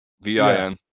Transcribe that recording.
V-I-N